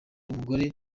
n’umugore